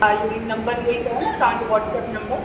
हा इहो ई नंबर इहो ई अथव न तव्हां जो वॉट्सअप नंबर